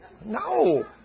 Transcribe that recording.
No